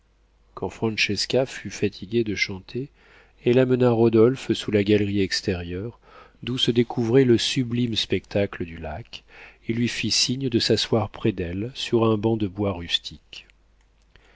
quand francesca fut fatiguée de chanter elle amena rodolphe sous la galerie extérieure d'où se découvrait le sublime spectacle du lac et lui fit signe de s'asseoir près d'elle sur un banc de bois rustique